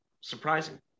surprising